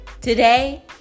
Today